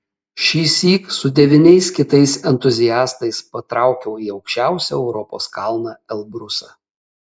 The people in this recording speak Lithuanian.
šįsyk su devyniais kitais entuziastais patraukiau į aukščiausią europos kalną elbrusą